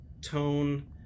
tone